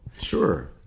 sure